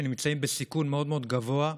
אנשים שנמצאים בסיכון מאוד מאוד גבוה.